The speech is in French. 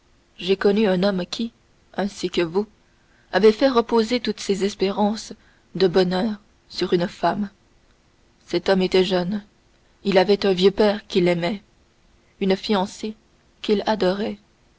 j'ai connu un homme qui ainsi que vous avait fait reposer toutes ses espérances de bonheur sur une femme cet homme était jeune il avait un vieux père qu'il aimait une fiancée qu'il adorait